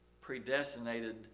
predestinated